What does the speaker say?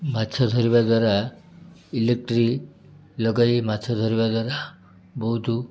ମାଛ ଧରିବା ଦ୍ୱାରା ଇଲେକ୍ଟ୍ରି ଲଗାଇ ମାଛ ଧରିବା ଦ୍ୱାରା ବହୁତ